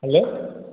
hello